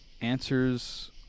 answers